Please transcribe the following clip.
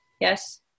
Yes